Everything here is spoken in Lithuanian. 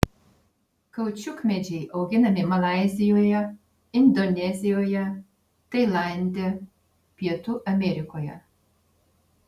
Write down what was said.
kaučiukmedžiai auginami malaizijoje indonezijoje tailande pietų amerikoje